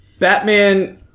Batman